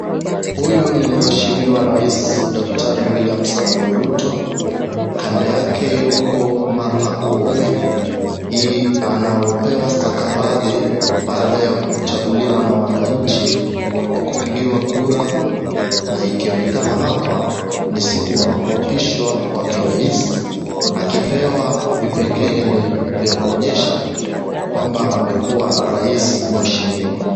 Huyu ni mheshimiwa rais daktari William Samoei Ruto, kando yake yuko Martha Koome. Hii anaopewa stakabadhi baada ya kuchaguliwa na wananchi kwa kupigiwa kura na ikionekana hapa ni siku kwa kuapishwa kwake rais akipewa vipengele vya kuonyesha kwamba amekuwa rais mheshimiwa.